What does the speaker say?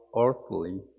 earthly